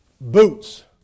boots